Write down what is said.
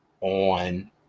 on